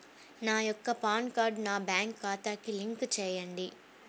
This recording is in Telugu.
నా యొక్క పాన్ కార్డ్ని నా బ్యాంక్ ఖాతాకి లింక్ చెయ్యండి?